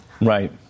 Right